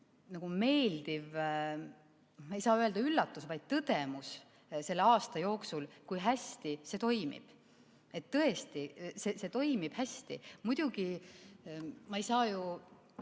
väga meeldiv, ma ei saa öelda üllatus, vaid tõdemus selle aasta jooksul, kui hästi see toimib. Tõesti, see toimib hästi. Ma olin ühe